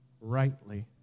rightly